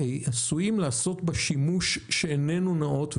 עשויים לעשות בה שימוש שאיננו נאות,